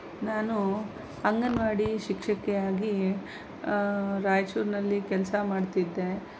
ನಾನು ಅಂಗನವಾಡಿ ಶಿಕ್ಷಕಿಯಾಗಿ ರಾಯಚೂರಿನಲ್ಲಿ ಕೆಲಸ ಮಾಡ್ತಿದ್ದೆ